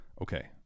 Okay